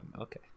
Okay